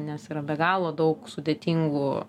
nes yra be galo daug sudėtingų